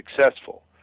successful